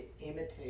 imitate